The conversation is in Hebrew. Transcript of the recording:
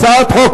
הצעת חוק